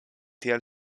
tiel